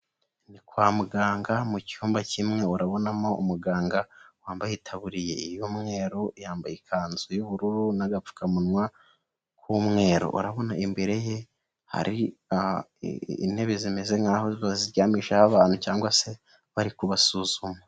Ni kwa muganga mu cyumba kimwe urabonamo umuganga wambaye itaburiye y'umweru, yambaye ikanzu y'ubururu n'agapfukamunwa k'umweru, urabona imbere ye hari intebe zimeze nk'aho baziryamisha abantu cyangwa se bari kubasuzuma.